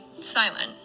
silent